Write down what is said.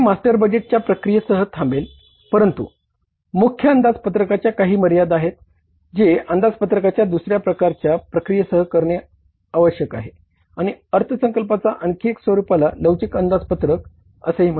तर मास्टर बजेटची असे हि म्हणतात